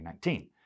2019